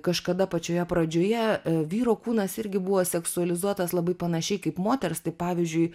kažkada pačioje pradžioje vyro kūnas irgi buvo seksualizuotas labai panašiai kaip moters tai pavyzdžiui